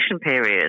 period